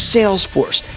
Salesforce